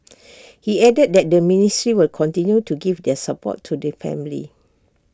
he added that the ministry will continue to give their support to the family